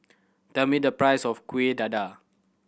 tell me the price of Kuih Dadar